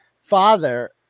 father